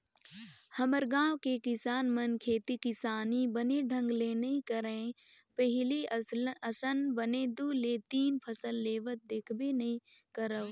हमर गाँव के किसान मन खेती किसानी बने ढंग ले नइ करय पहिली असन बने दू ले तीन फसल लेवत देखबे नइ करव